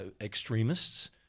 extremists